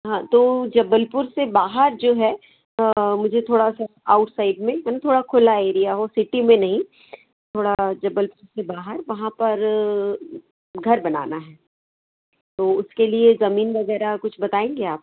हाँ तो जबलपुर से बाहर जो है मुझे थोड़ा सा आउटसाइड में कहीं थोड़ा खुला एरिया हो सिटी में नहीं थोड़ा जबलपुर के बाहर वहाँ पर घर बनाना है तो उसके लिए ज़मीन वग़ैरह कुछ बताएंगे आप